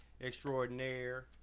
Extraordinaire